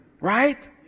Right